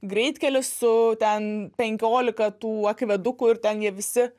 greitkelis su ten penkiolika tų akvedukų ir ten jie visi